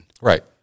Right